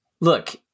look